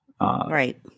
Right